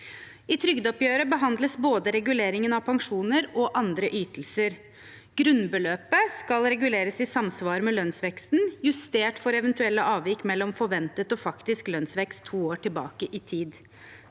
I trygdeoppgjøret behandles både reguleringen av pensjoner og andre ytelser. Grunnbeløpet skal reguleres i samsvar med lønnsveksten, justert for eventuelle avvik mellom forventet og faktisk lønnsvekst to år tilbake i tid.